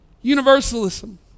Universalism